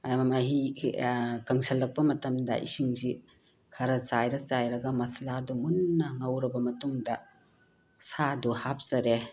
ꯃꯍꯤ ꯀꯪꯁꯜꯂꯛꯄ ꯃꯇꯝꯗ ꯏꯁꯤꯡꯁꯤ ꯈꯔ ꯆꯥꯏꯔ ꯆꯥꯏꯔꯒ ꯃꯁꯂꯥꯗꯨ ꯃꯨꯟꯅ ꯉꯧꯔꯕ ꯃꯇꯨꯡꯗ ꯁꯥꯗꯨ ꯍꯥꯞꯆꯔꯦ